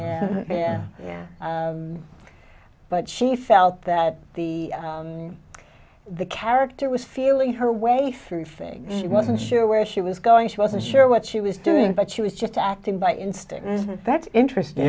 pack yeah yeah but she felt that the the character was feeling her way through faith she wasn't sure where she was going she wasn't sure what she was doing but she was just acting by instinct and that's interesting